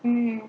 mm